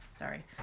Sorry